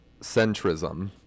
Centrism